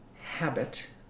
habit